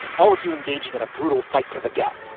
all of you engaging in a brutal fight to the death.